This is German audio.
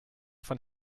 von